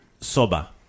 soba